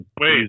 Wait